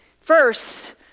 first